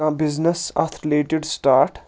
کانٛہہ بِزنِس اتھ related start